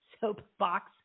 soapbox